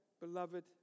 beloved